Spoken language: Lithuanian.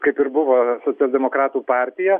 kaip ir buvo socialdemokratų partija